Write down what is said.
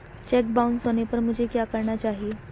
Check bounce होने पर मुझे क्या करना चाहिए?